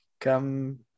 come